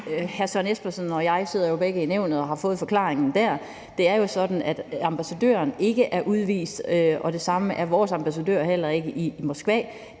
Hr. Søren Espersen og jeg sidder jo begge i Nævnet og har fået forklaringen dér. Det er jo sådan, at ambassadøren ikke er udvist, og det samme er vores ambassadør heller ikke i Moskva.